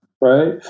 Right